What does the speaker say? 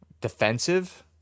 defensive